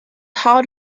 hard